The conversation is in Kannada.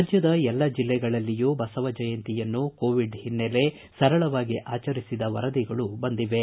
ರಾಜ್ಯದ ಎಲ್ಲ ಜಿಲ್ಲೆಗಳಲ್ಲಿಯೂ ಬಸವಜಯಂತಿಯನ್ನು ಕೋವಿಡ್ ಹಿನ್ನೆಲೆ ಸರಳವಾಗಿ ಆಚರಿಸಿದ ವರದಿಗಳು ಬಂದಿವೆ